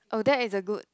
oh that is a good